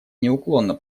неуклонно